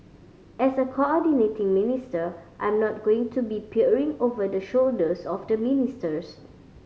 as a coordinating minister I'm not going to be peering over the shoulders of the ministers